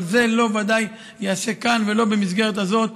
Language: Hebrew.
אבל זה ודאי לא ייעשה כאן ולא במסגרת הזאת,